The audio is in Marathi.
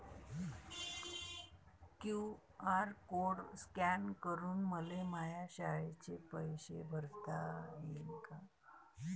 क्यू.आर कोड स्कॅन करून मले माया शाळेचे पैसे भरता येईन का?